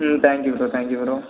ம் thank you bro thank you bro